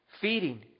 feeding